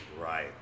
Right